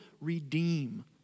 redeem